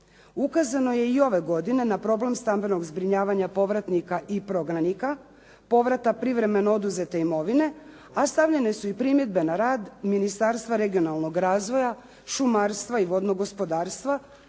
Ukazano je i ove godine na problem stambenog zbrinjavanja povratnika i prognanika, povrata privremeno oduzete imovine, a stavljene su i primjedbe na rad Ministarstva regionalnog razvoja, šumarstva i vodnog gospodarstva